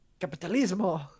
Capitalismo